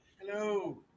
Hello